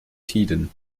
tiden